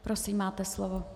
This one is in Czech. Prosím, máte slovo.